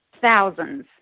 thousands